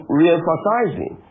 re-emphasizing